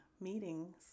meetings